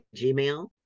Gmail